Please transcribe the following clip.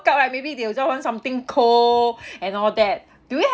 up ah maybe they will just want something cold and all that do you have